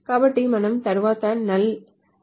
కాబట్టి మనము తరువాత null